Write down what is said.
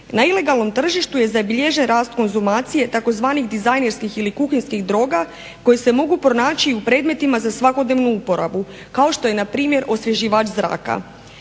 Na ilegalnom tržištu je zabilježen rast konzumacije tzv. dizajnerskih ili kuhinjskih droga koje se mogu pronaći u predmetima za svakodnevnu uporabu, kao što je npr. osvježivač zraka.